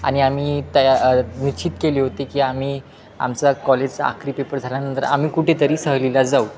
आणि आम्ही त्या निश्चित केले होते की आम्ही आमचा कॉलेजचा आखरी पेपर झाल्यानंतर आम्ही कुठेतरी सहलीला जाऊ